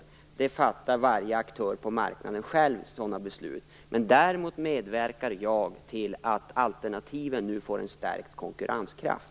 Sådana beslut fattar varje aktör på marknaden själv. Däremot medverkar jag till att alternativen nu får en stärkt konkurrenskraft.